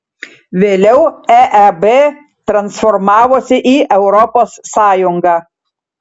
vėliau eeb transformavosi į europos sąjungą